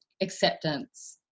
acceptance